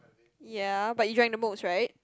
ya but you drank the most right